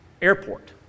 Airport